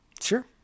Sure